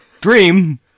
Dream